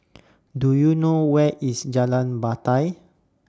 Do YOU know Where IS Jalan Batai